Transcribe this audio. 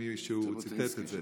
מישהו ציטט את זה.